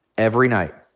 every night.